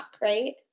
right